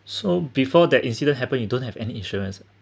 so before that incident happen you don't have any insurance